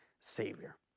Savior